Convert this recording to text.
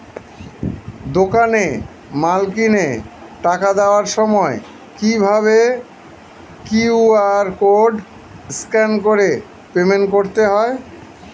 দোকানে মাল কিনে টাকা দেওয়ার সময় কিভাবে কিউ.আর কোড স্ক্যান করে পেমেন্ট করতে হয়?